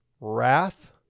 wrath